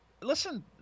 listen